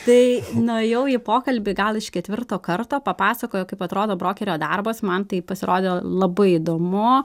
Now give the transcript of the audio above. tai nuėjau į pokalbį gal iš ketvirto karto papasakojo kaip atrodo brokerio darbas man tai pasirodė labai įdomu